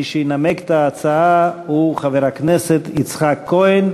מי שינמק את ההצעה הוא חבר הכנסת יצחק כהן.